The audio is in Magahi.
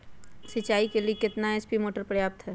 सिंचाई के लिए कितना एच.पी मोटर पर्याप्त है?